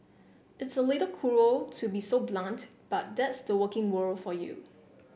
it's a little cruel to be so blunt but that's the working world for you